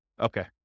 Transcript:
Okay